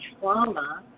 trauma